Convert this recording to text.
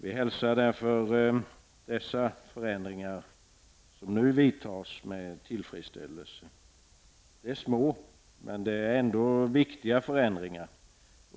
Vi hälsar därför dessa förändringar, som nu vidtas, med tillfredsställelse. De är små, men ändå viktiga förändringar.